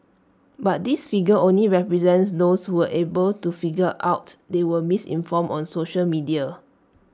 but this figure only represents those who were able to figure out they were misinformed on social media